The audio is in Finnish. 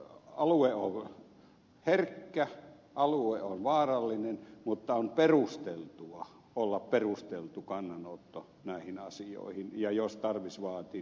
alue on herkkä alue on vaarallinen mutta on perusteltua olla perusteltu kannanotto näihin asioihin ja jos tarvis vaati